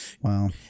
Wow